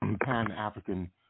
Pan-African